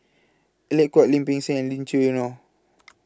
Alec Kuok Lim Peng Siang and Lee Choo Neo